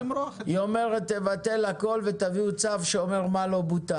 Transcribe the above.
היא אומרת: תבטל הכל, ותביא צו שאומר מה לא בוטל.